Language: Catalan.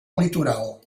litoral